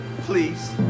please